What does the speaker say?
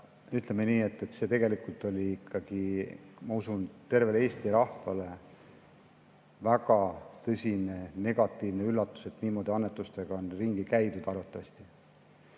Ütleme nii, et see tegelikult oli ikkagi, ma usun, tervele Eesti rahvale väga tõsine negatiivne üllatus, et niimoodi annetustega arvatavasti